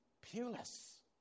peerless